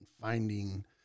finding